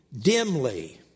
dimly